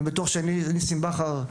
אני בטוח שניסים בכר,